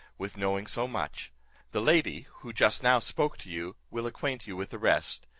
with knowing so much the lady, who just now spoke to you, will acquaint you with the rest,